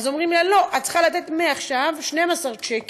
אומרים לה: לא, את צריכה לתת מעכשיו 12 צ'קים.